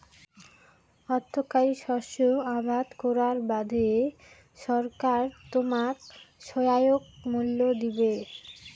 অর্থকরী শস্য আবাদ করার বাদে সরকার তোমাক সহায়ক মূল্য দিবে